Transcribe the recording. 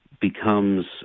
becomes